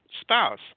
spouse